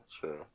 sure